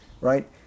right